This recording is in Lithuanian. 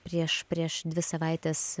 prieš prieš dvi savaites